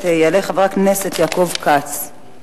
יעלה חבר הכנסת יעקב כץ,